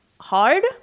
hard